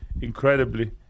incredibly